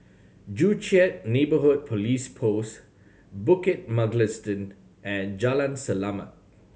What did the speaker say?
Joo Chiat Neighbourhood Police Post Bukit Mugliston and Jalan Selamat